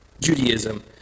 Judaism